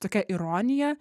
tokia ironija